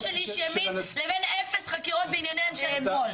של איש ימין לבין אפס חקירות בענייני אנשי שמאל.